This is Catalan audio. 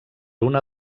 una